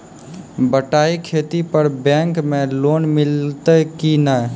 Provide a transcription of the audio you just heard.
बटाई खेती पर बैंक मे लोन मिलतै कि नैय?